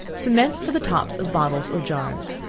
cement for the tops of bottles or jars.